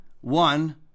one